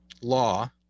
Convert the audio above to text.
law